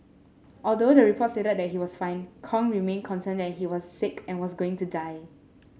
although the report stated he was fine Kong remained concerned that he was sick and was going to die